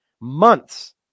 months